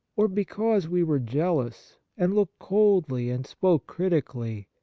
or because we were jealous, and looked coldly and spoke critically,